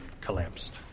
collapsed